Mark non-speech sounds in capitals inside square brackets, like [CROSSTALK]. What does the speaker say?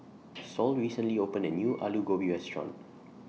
[NOISE] Sol recently opened A New [NOISE] Aloo Gobi Restaurant